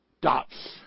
dots